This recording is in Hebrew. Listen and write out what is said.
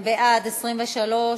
בייצוג על-ידי יועצי מס (תיקון מס' 3),